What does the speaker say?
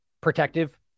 protective